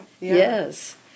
yes